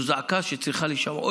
זו זעקה שצריכה להישמע.